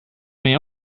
may